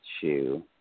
shoe